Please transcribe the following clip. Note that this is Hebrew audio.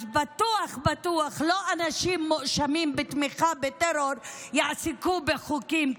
אז בטוח בטוח שלא אנשים שמואשמים בתמיכה בטרור יעסקו בחוקים כאלה.